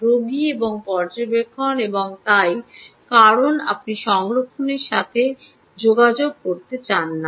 রোগী এবং পর্যবেক্ষণ এবং তাই কারণ আপনি সংক্রমণের সাথে যোগাযোগ করতে চান না